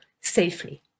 safely